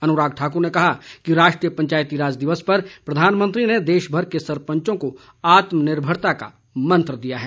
अनुराग ठाकुर ने कहा कि राष्ट्रीय पंचायतीराज दिवस पर प्रधानमंत्री ने देश भर के सरपंचों को आत्मनिर्भरता का मंत्र दिया है